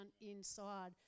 inside